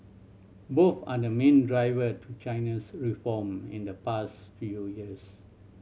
both are the main driver to China's reform in the past few years